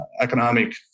economic